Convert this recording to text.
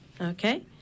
Okay